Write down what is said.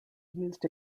used